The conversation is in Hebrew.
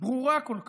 ברורה כל כך,